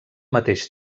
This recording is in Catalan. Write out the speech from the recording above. mateix